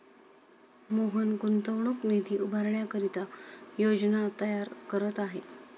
मोहन गुंतवणूक निधी उभारण्याकरिता योजना तयार करत आहे